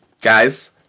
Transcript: guys